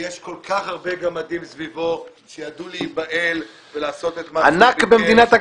ויש כל כך הרבה גמדים סביבו שידעו להיבהל ולעשות את מה שהוא